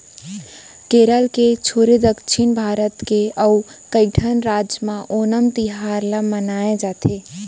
केरल के छोरे दक्छिन भारत के अउ कइठन राज म ओनम तिहार ल मनाए जाथे